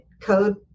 code